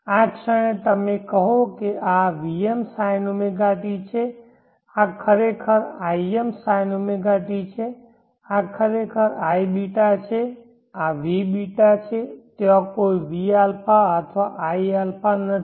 આ ક્ષણે તમે કહો કે આ vm sinωt છે આ ખરેખર im sinωt છે આ ખરેખર iβ છે આ vβ છે ત્યાં કોઈ vα અથવા iα નથી